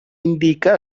indica